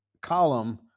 column